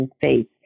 faith